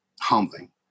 humbling